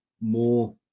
more